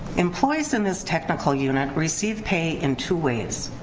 employees in this technical unit receive pay in two ways.